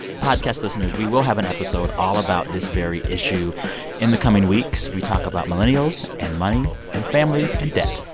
podcast listeners, we will have an episode all about this very issue in the coming weeks. we talk about millennials and money and family and debt.